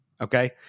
Okay